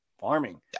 farming